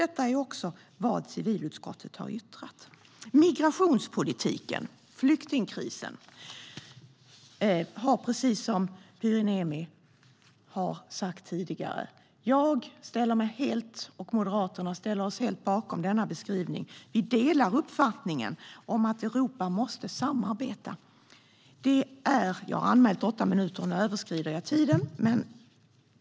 Detta är också vad civilutskottet har yttrat. Jag har anmält åtta minuter, och nu överskrider jag tiden.